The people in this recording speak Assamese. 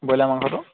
বইলাৰ মাংসটো